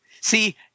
see